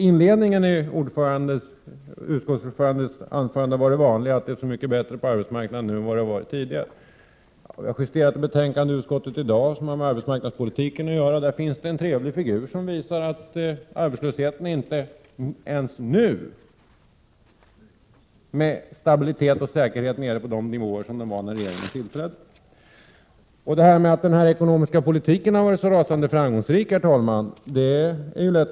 Inledningen i utskottsordförandens anförande var den vanliga: Det är mycket bättre på arbetsmarknaden nu än tidigare. Vi har idag justerat ett betänkande från utskottet om arbetsmarknadspolitiken. I betänkandet visas en trevlig figur av vilken framgår att arbetslösheten inte ens nu med säkerhet är nere på de nivåer som man hade att räkna med när regeringen tillträdde. Att säga att den ekonomiska politiken har varit så rasande framgångsrik är ju, herr talman, lätt.